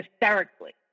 hysterically